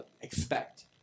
expect